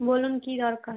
বলুন কী দরকার